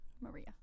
Maria